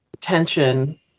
Tension